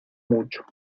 mucho